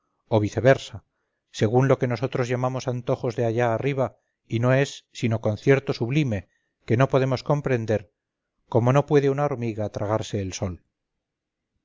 o viceversa según lo que nosotros llamamos antojos de allá arriba y no es sino concierto sublime que no podemos comprender como no puede una hormiga tragarse el sol